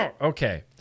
Okay